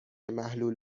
محلول